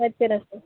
வச்சிடுறேன் சார்